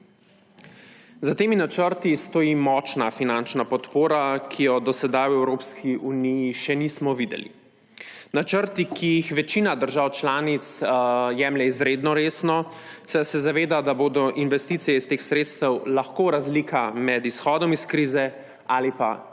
Za temi načrti stoji močna finančna podpora, ki je do sedaj v Evropski uniji še nismo videli; načrti, ki jih večina držav članic jemlje izredno resno, saj se zavedajo, da bodo investicije iz teh sredstev lahko razlika med izhodom iz krize ali pa